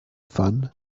fun